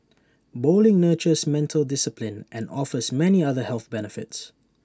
bowling nurtures mental discipline and offers many other health benefits